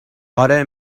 آره